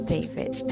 David